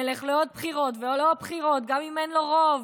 נלך לעוד בחירות ועוד בחירות גם אם אין לו רוב.